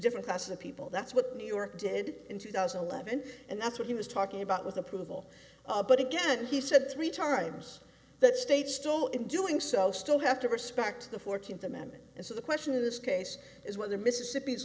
different classes of people that's what new york did in two thousand and eleven and that's what he was talking about with approval but again he said three times that states still in doing so still have to respect the fourteenth amendment and so the question in this case is whether mississippi's